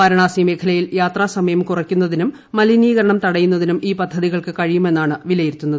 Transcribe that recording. വാരാണസി മേഖലയിൽ യാത്രാസമയം കുറയ്ക്കുന്നതിനും മലിനീകരണം തടയുന്നതിനും ഈ പദ്ധതികൾക്ക് കഴിയുമെന്നാണ് വിലയിരുത്തുന്നത്